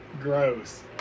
gross